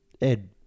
Ed